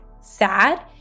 sad